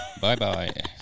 Bye-bye